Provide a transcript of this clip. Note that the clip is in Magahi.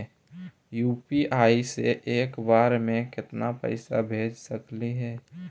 यु.पी.आई से एक बार मे केतना पैसा भेज सकली हे?